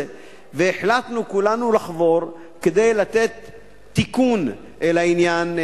והחלטנו כולנו לחבור כדי לתת תיקון לעניין,